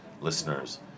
listeners